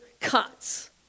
cuts